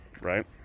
right